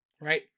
right